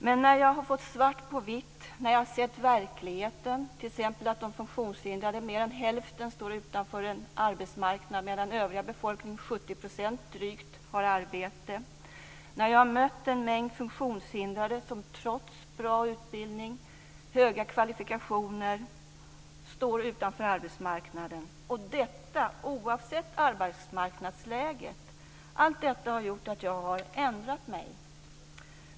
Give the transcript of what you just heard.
Men sedan har jag fått svart på vitt och sett verkligheten, t.ex. att mer än hälften av de funktionshindrade står utanför arbetsmarknaden medan drygt 70 % av den övriga befolkningen har arbete. Jag har mött en mängd funktionshindrade som trots bra utbildning och höga kvalifikationer står utanför arbetsmarknaden - och detta oavsett arbetsmarknadsläget. Allt detta har gjort att jag har ändrat mig.